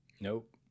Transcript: Nope